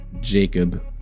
Jacob